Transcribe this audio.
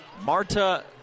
Marta